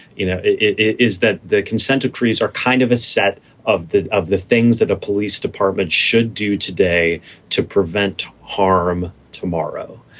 you know is that the consent of trees are kind of a set of of the things that a police department should do today to prevent harm tomorrow.